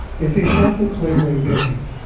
if he shot the clavering game,